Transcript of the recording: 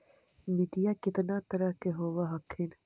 मिट्टीया कितना तरह के होब हखिन?